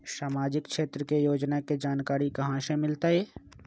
सामाजिक क्षेत्र के योजना के जानकारी कहाँ से मिलतै?